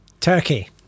Turkey